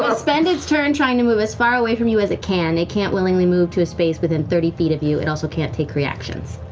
ah spend its turn trying to move as far away from you as it can, it can't willingly move to a space within thirty feet of you, it also can't take reactions.